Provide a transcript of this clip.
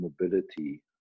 mobility